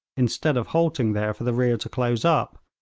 instead of halting there for the rear to close up,